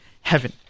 heaven